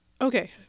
Okay